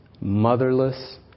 motherless